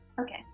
Okay